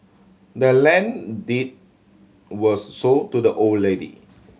the land deed was sold to the old lady